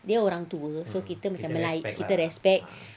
dia orang tua so kita macam melay~ kita respect